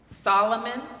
Solomon